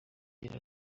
agira